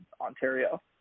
Ontario